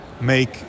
make